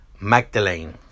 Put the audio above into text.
Magdalene